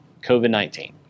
COVID-19